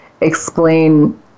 explain